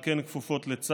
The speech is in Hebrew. ועל כן כפופות לצה"ל,